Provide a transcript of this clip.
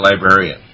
librarian